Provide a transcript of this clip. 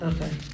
Okay